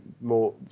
more